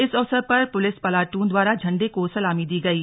इस अवसर पर पुलिस प्लाटून द्वारा झण्डे को सलामी दी गयी